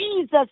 Jesus